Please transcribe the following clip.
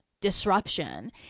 disruption